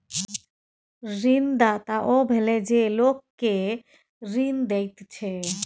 ऋणदाता ओ भेलय जे लोक केँ ऋण दैत छै